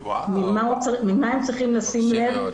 ממה צריכים לשים לב,